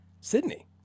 Sydney